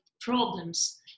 problems